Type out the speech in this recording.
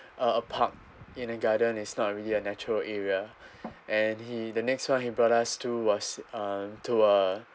uh a park in a garden is not really a natural area and he the next one he brought us to was uh to a